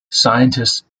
scientists